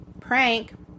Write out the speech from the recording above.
Prank